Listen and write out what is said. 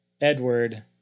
Edward